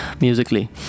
musically